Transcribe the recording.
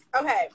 Okay